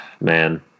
Man